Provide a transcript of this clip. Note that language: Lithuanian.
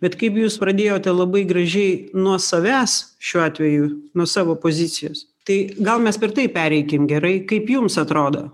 bet kaip jūs pradėjote labai gražiai nuo savęs šiuo atveju nuo savo pozicijos tai gal mes per tai pereikim gerai kaip jums atrodo